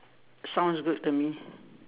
sounds good to me